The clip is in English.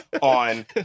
on